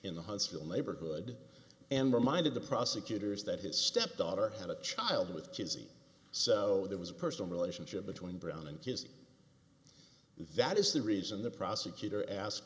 the huntsville neighborhood and reminded the prosecutors that his stepdaughter had a child with cheesy so there was a personal relationship between brown and his that is the reason the prosecutor ask